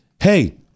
hey